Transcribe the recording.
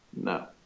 No